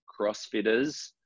CrossFitters